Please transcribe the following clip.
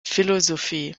philosophie